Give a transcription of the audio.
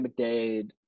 McDade